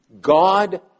God